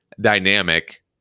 dynamic